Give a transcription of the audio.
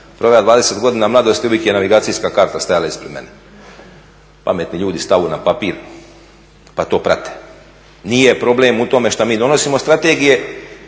proveo 20 godina mladosti uvijek je navigacijska karta stajala ispred mene. Pametni ljude stavu na papir pa to prate. Nije problem u tome što mi donosimo strategije